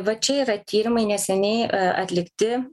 va čia yra tyrimai neseniai atlikti